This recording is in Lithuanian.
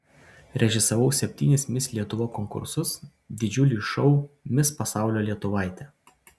režisavau septynis mis lietuva konkursus didžiulį šou mis pasaulio lietuvaitė